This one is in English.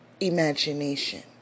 imagination